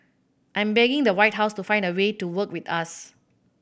I'm begging the White House to find a way to work with us